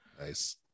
Nice